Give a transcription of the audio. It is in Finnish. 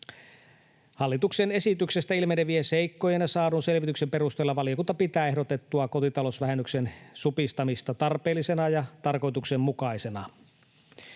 Hallituksen esityksestä ilmenevien seikkojen ja saadun selvityksen perusteella valiokunta pitää ehdotettua kotitalousvähennyksen supistamista tarpeellisena ja tarkoituksenmukaisena.